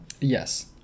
Yes